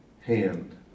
hand